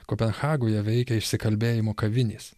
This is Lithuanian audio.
kopenhagoje veikia išsikalbėjimo kavinės